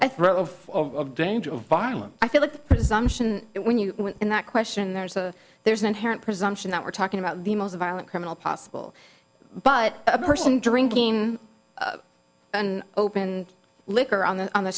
violence i feel like when you went in that question there's a there's an inherent presumption that we're talking about the most violent criminal possible but a person drinking in an open liquor on the on the